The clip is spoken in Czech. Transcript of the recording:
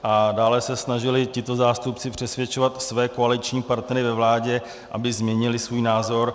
A dále se snažili tito zástupci přesvědčovat své koaliční partnery ve vládě, aby změnili svůj názor.